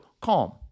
CALM